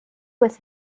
with